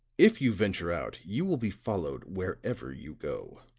if you venture out you will be followed wherever you go.